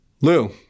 Lou